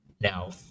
Now